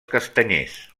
castanyers